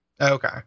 Okay